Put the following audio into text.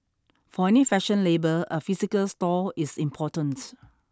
for any fashion label a physical store is important